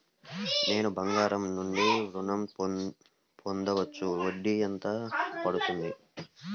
నేను బంగారం నుండి ఋణం పొందవచ్చా? వడ్డీ ఎంత పడుతుంది?